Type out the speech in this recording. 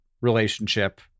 relationship